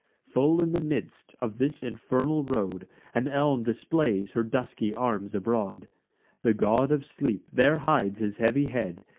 full in the midst of this infernal road an elm displays her dusky arms abroad the god of sleep there hides his heavy head,